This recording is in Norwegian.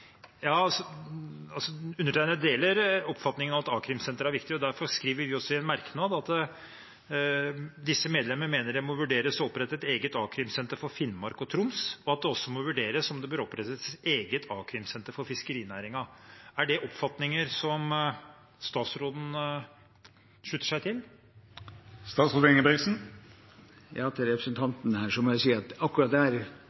Undertegnede deler oppfatningen av at a-krimsentrene er viktige, og derfor skriver vi også i en merknad: «Disse medlemmer mener det må vurderes å opprette et eget a-krimsenter for Finnmark og Troms, og at det også må vurderes om det bør opprettes et eget a-krimsenter for fiskerinæringen.» Er det oppfatninger som statsråden slutter seg til? Til representanten må jeg si at akkurat her kan jeg ikke si om det er